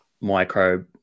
microbe